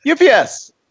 ups